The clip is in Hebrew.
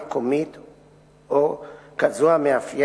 נקראה, נמסרה לפרוטוקול)